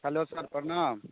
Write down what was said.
hello sir प्रणाम